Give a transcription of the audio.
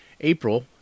April